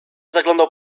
zaglądał